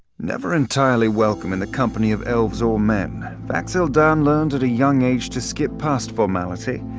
never entirely welcome in the company of elves or men, vax'ildan learned at a young age to skip past formality,